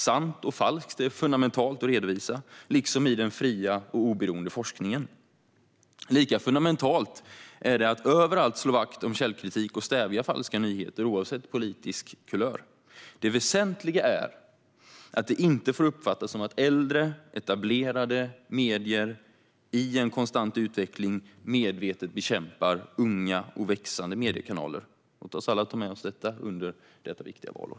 Sant och falskt är fundamentalt att redovisa, liksom i den fria och oberoende forskningen. Lika fundamentalt är det att överallt slå vakt om källkritik och stävja falska nyheter, oavsett politisk kulör. Det väsentliga är att detta inte får uppfattas som att äldre, etablerade medier i en konstant utveckling medvetet bekämpar unga och växande mediekanaler. Låt oss alla ta med oss detta under detta viktiga valår.